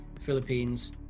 Philippines